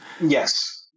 yes